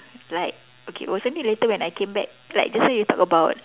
like okay was only later when I came back like just now you talk about